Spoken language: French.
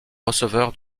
receveur